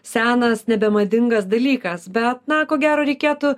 senas nebemadingas dalykas bet na ko gero reikėtų